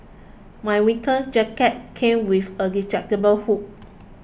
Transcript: my winter jacket came with a detachable hood